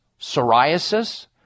psoriasis